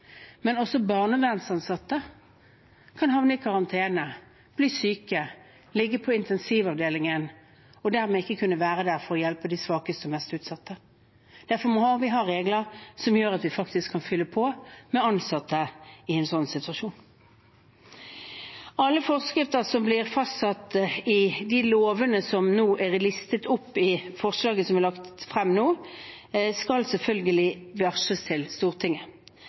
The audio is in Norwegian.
men også barnevernsansatte kan havne i karantene, bli syke, ligge på intensivavdeling og dermed ikke kunne være der for å hjelpe de svakeste og mest utsatte. Derfor må vi ha regler som gjør at vi faktisk kan fylle på med ansatte i en slik situasjon. Alle forskrifter som blir fastsatt i de lovene som nå er listet opp i forslaget som er lagt frem, skal selvfølgelig varsles til Stortinget.